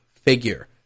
figure